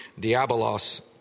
Diabolos